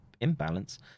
imbalance